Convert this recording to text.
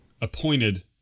appointed